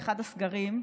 באחד הסגרים,